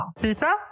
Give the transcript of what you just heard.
Pizza